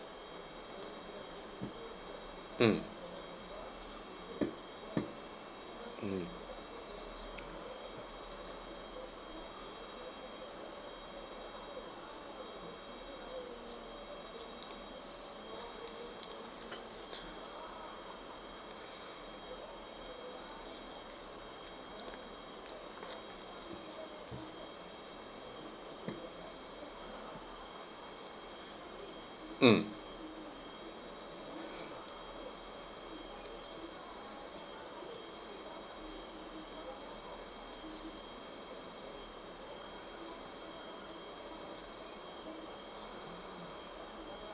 mm mmhmm mm